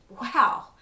Wow